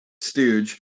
stooge